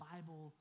Bible